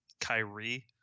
Kyrie